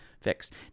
fixed